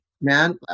man